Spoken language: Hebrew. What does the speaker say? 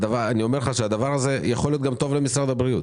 אני אומר לך שהדבר הזה יכול להיות גם טוב למשרד הבריאות,